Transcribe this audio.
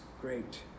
great